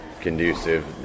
conducive